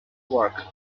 work